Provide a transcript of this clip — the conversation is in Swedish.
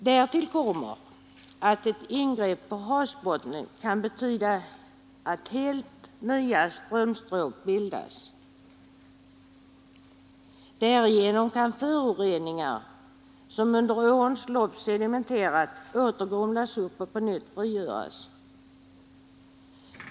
Därtill kommer att ett ingrepp på havsbottnen kan betyda att helt nya strömstråk bildas. Därigenom kan föroreningar, som under årens lopp sedimenterats, åter grumlas upp och på nytt frigöras.